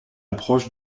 approche